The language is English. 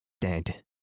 Dead